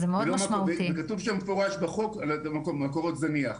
וכתוב במפורש בחוק על מקור זניח.